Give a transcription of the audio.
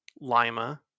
Lima